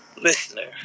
listener